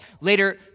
Later